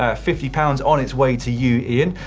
ah fifty pounds on its way to you ian.